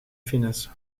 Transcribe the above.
finesse